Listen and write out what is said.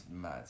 mad